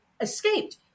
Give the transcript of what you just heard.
escaped